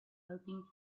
hoping